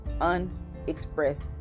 unexpressed